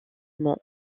mons